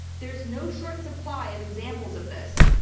there's no short supply of examples of this.